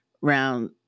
round